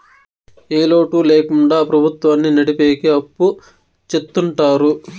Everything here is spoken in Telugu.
ఏ లోటు ల్యాకుండా ప్రభుత్వాన్ని నడిపెకి అప్పు చెత్తుంటారు